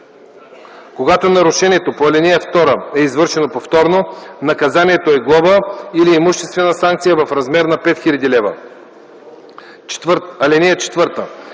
Когато нарушението по ал. 2 е извършено повторно, наказанието е глоба или имуществена санкция в размер 5000 лв. (4)